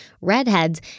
redheads